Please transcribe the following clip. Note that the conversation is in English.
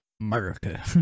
America